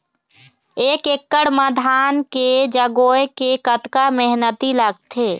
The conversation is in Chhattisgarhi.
एक एकड़ म धान के जगोए के कतका मेहनती लगथे?